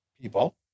people